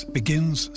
begins